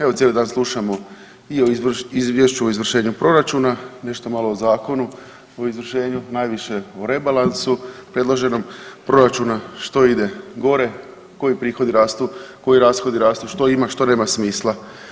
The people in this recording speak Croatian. Evo cijeli dan slušamo i o izvješću o izvršenju proračuna, nešto malo o zakonu o izvršenju, najviše o rebalansu predloženom proračuna, što ide gore, koji prihodi rastu, koji rashodi rastu, što ima, što nema smisla.